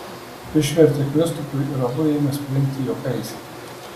išvertė kristupui ir abu ėmė springti juokais